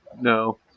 No